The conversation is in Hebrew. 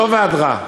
מטוב ועד רע,